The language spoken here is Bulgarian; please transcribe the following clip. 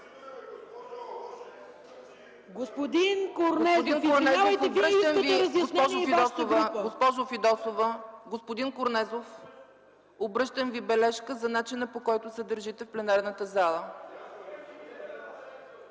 Господин Корнезов, обръщам Ви внимание за начина, по който се държите в пленарната зала!